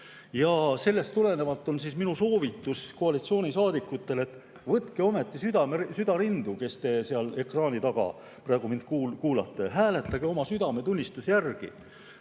Sellest tulenevalt on minu soovitus koalitsioonisaadikutele, et võtke ometi süda rindu, kes te seal ekraani taga mind praegu kuulate, ja hääletage oma südametunnistuse järgi.